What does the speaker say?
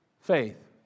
faith